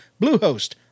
Bluehost